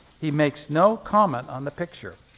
he makes no comment on the picture.